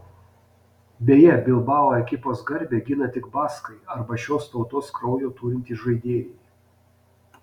beje bilbao ekipos garbę gina tik baskai arba šios tautos kraujo turintys žaidėjai